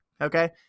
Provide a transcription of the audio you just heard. okay